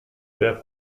wer